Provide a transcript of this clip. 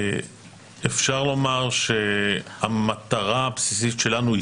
אפשר לומר שהמטרה הבסיסית שלנו היא